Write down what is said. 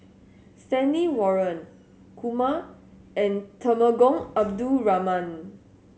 Stanley Warren Kumar and Temenggong Abdul Rahman